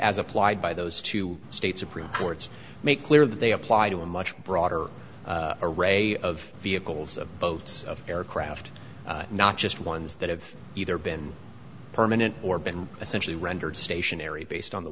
as applied by those two states supreme courts make clear that they apply to a much broader array of vehicles of boats of aircraft not just ones that have either been permanent or been essentially rendered stationary based on the